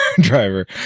driver